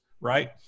right